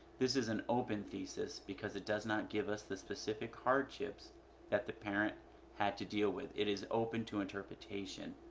this is an open thesis because it does not give us the specific hardships that the parent had to deal with it is open to interpretation.